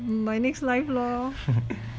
my next life lor